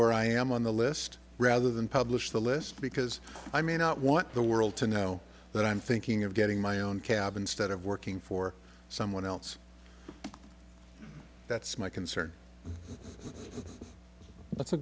where i am on the list rather than publish the list because i may not want the world to know that i'm thinking of getting my own cab instead of working for someone else that's my concern that's a